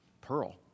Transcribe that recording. pearl